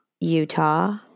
utah